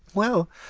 well,